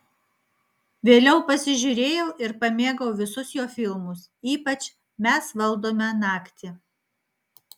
vėliau pasižiūrėjau ir pamėgau visus jo filmus ypač mes valdome naktį